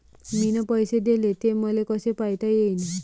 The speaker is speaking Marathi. मिन पैसे देले, ते मले कसे पायता येईन?